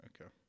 Okay